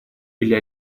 или